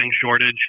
shortage